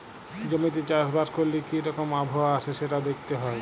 জমিতে চাষ বাস ক্যরলে কি রকম আবহাওয়া আসে সেটা দ্যাখতে হ্যয়